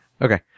Okay